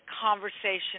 conversation